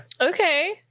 Okay